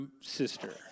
sister